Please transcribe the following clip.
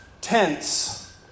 tense